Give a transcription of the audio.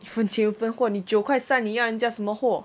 一分钱一分货你九块三你要人家怎么活